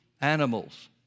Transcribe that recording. animals